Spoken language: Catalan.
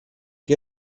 que